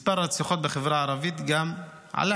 גם מספר הרציחות בחברה הערבית עלה